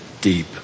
deep